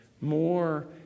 more